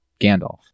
Gandalf